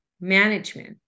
management